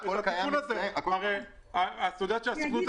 נכון, את צודקת.